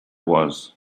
was